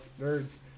Nerds